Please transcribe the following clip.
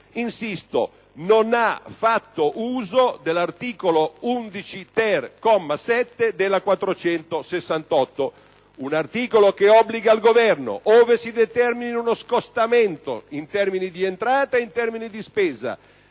insisto - non ha fatto uso dell'articolo 11-*ter*, comma 7, della legge n. 468; un articolo che obbliga il Governo, ove si determini uno scostamento in termini di entrata e in termini di spesa,